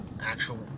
actual